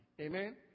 Amen